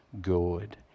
good